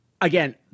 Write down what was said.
Again